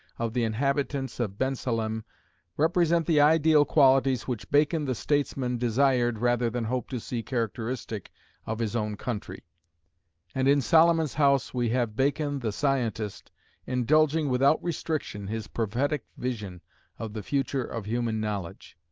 of the inhabitants of bensalem represent the ideal qualities which bacon the statesman desired rather than hoped to see characteristic of his own country and in solomon's house we have bacon the scientist indulging without restriction his prophetic vision of the future of human knowledge.